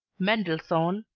mendelssohn,